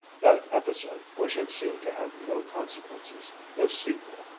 that episode which had seemed to have no consequences, no sequel,